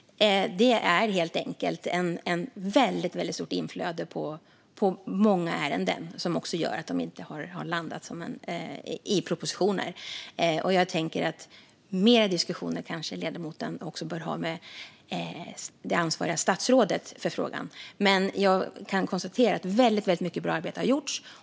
Det är helt enkelt ett väldigt stort inflöde i många ärenden som gör att det ännu inte har landat i propositioner. Ledamoten borde kanske ha fler diskussioner med det ansvariga statsrådet, men jag kan konstatera att mycket bra arbete har gjorts.